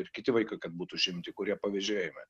ir kiti vaikai kad būtų užimti kurie pavėžėjami